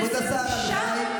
באיזו זכות אתה, בהוצאות שלהם?